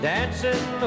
Dancing